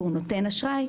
והוא נותן אשראי,